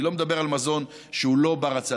אני לא מדבר על מזון שהוא לא בר-הצלה.